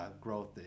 growth